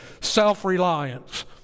self-reliance